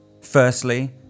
Firstly